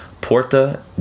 Porta